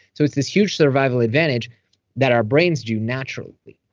so it's this huge survival advantage that our brains do naturally,